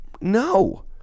no